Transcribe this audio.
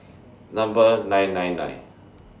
Number nine nine nine